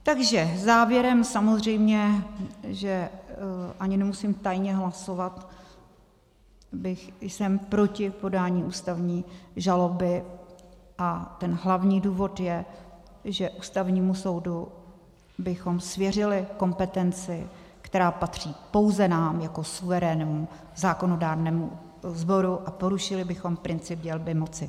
Takže závěrem samozřejmě, ani nemusím tajně hlasovat, jsem proti podání ústavní žaloby a ten hlavní důvod je, že Ústavnímu soudu bychom svěřili kompetenci, která patří pouze nám jako suverénům, zákonodárnému sboru, a porušili bychom princip dělby moci.